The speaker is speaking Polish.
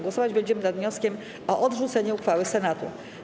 Głosować będziemy nad wnioskiem o odrzucenie uchwały Senatu.